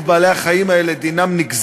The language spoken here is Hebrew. דינם של בעלי-החיים האלה נגזר,